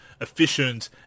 efficient